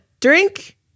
drink